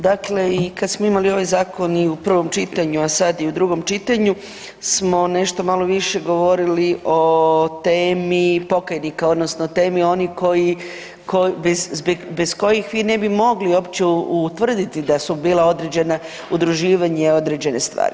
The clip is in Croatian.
Dakle, i kad smo imali ovaj zakon i u prvom čitanju, a sad i u drugom čitanju smo nešto malo više govorili o temi pokajnika odnosno temi oni koji, bez kojih vi ne bi mogli uopće utvrditi da su bila određena udruživanja i određene stvari.